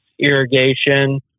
irrigation